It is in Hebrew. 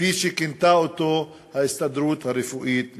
כפי שכינתה אותו ההסתדרות הרפואית בישראל.